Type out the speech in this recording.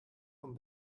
von